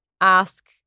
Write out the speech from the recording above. ask